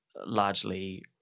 largely